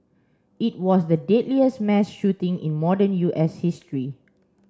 it was the deadliest mass shooting in modern U S history